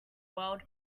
world